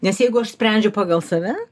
nes jeigu aš sprendžiu pagal save